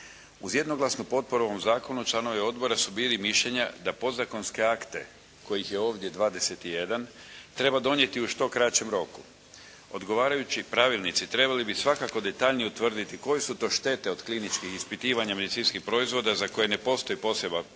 Uz jednoglasnu potporu ovom zakonu članovi odbora su bili mišljenja da podzakonske akte kojih je ovdje 21 treba donijeti u što kraćem roku. Odgovarajući pravilnici trebali bi svakako detaljnije utvrditi koje su to štete od kliničkih ispitivanja medicinskih proizvoda za koje ne postoji posebna potreba